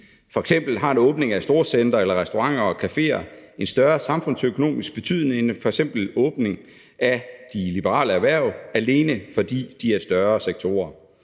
har en åbning af storcentre eller af restauranter og caféer en større samfundsøkonomisk betydning end f.eks. åbningen af de liberale erhverv, alene fordi de er større sektorer.